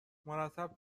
مرتب